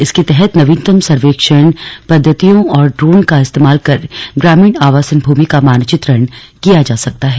इसके तहत नवीनतम सर्वेक्षण पद्धतियों और ड्रोन का इस्तेमाल कर ग्रामीण आवासन भूमि का मानचित्रण किया जा सकता है